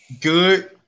good